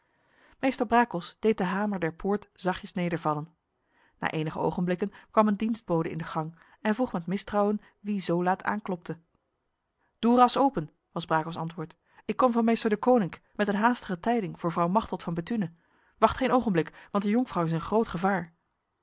meester brakels deed de hamer der poort zachtjes nedervallen na enige ogenblikken kwam een dienstbode in de gang en vroeg met mistrouwen wie zo laat aanklopte doe ras open was brakels antwoord ik kom van meester deconinck met een haastige tijding voor vrouw machteld van bethune wacht geen ogenblik want de jonkvrouw is in groot gevaar